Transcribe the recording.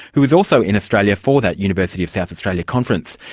who was also in australia for that university of south australia conference.